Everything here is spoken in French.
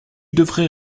devrais